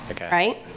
right